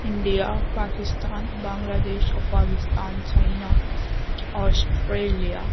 India Pakistan Bangladesh Afghanistan China Australia